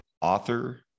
author